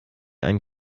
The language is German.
einen